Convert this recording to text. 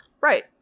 Right